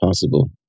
possible